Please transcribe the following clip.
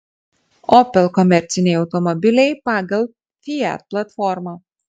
opel komerciniai automobiliai pagal fiat platformą